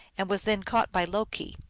and was then caught by loki.